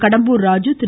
Kadambur Raju Thiru